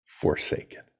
forsaken